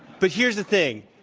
but here's the thing.